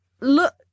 look